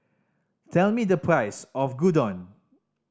tell me the price of Gyudon